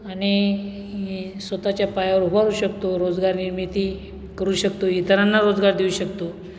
आणि स्वतःच्या पायावर उभारू शकतो रोजगार निर्मिती करू शकतो इतरांना रोजगार देऊ शकतो